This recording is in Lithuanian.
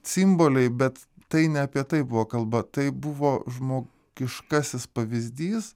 simboliai bet tai ne apie tai buvo kalba tai buvo žmogiškasis pavyzdys